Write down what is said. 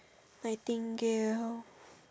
I think gale